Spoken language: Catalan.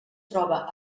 troba